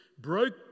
broke